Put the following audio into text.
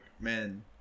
man